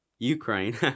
Ukraine